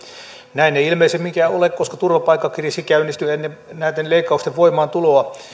näin ei ilmeisimminkään ole koska turvapaikkakriisi käynnistyi ennen näiden leikkausten voimaantuloa